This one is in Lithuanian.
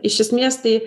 iš esmės tai